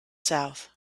south